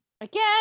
again